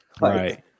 Right